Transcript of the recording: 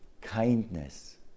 kindness